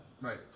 Right